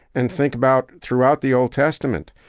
and think about throughout the old testament,